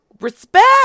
respect